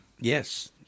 Yes